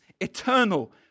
eternal